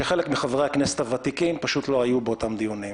שחלק מחברי הכנסת הוותיקים פשוט לא היו באותם דיונים,